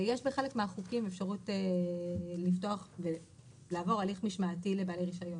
בחלק מהחוקים יש אפשרות לעבור הליך משמעתי לבעלי רישיון.